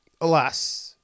alas